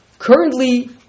Currently